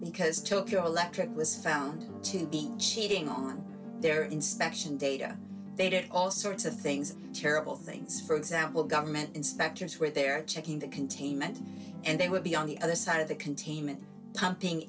because tokyo electric was found to be cheating on their inspection data they did all sorts of things terrible things for example government inspectors were there checking the containment and they would be on the other side of the containment pumping